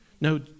No